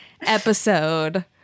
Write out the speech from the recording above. episode